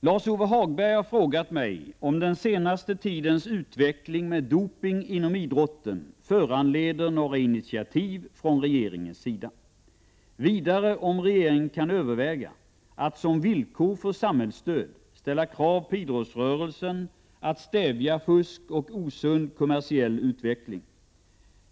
Herr talman! Lars-Ove Hagberg har frågat mig om den senaste tidens utveckling med doping inom idrotten föranleder några initiativ från regeringens sida, vidare om regeringen kan överväga att — som villkor för samhällsstöd — ställa krav på idrottsrörelsen att stävja fusk och osund kommersiell utveckling.